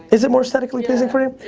is it more aesthetically pleasing for you?